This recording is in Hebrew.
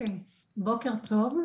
בוקר טוב.